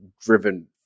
driven